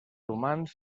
humans